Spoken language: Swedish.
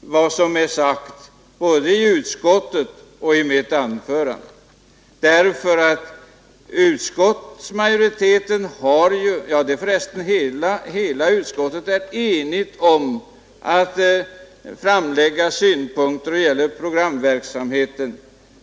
vad som är sagt både i utskottsbetänkandet och i mitt anförande. Utskottet är ju enigt om att framföra synpunkter då det gäller programverksamheten.